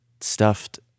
stuffed